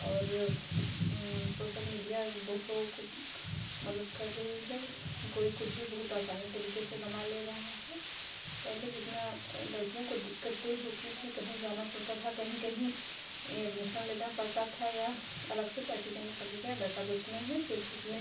और social media बहुत लोगों को मदद कर रही है कोई कुछ भी बहुत आसानी तरीके से बना ले रहा है पहले जितना लड़कियों को दिक्कतें होती थी कहीं जाना पड़ता था कहीं कहीं ये एड्मिशन लेना पड़ता था या अलग से पैसे देने पड़ते थे वैसा कुछ नहीं है सिर्फ अपने